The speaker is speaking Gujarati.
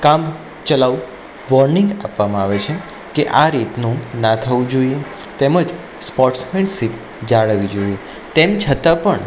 કામ ચલાઉ વોર્નિંગ આપવામાં આવે છે કે આ રીતનું ના થવું જોઈએ તેમજ સ્પોટ્સમેનસીપ જાળવવી જોઈએ તેમ છતાં પણ